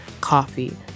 coffee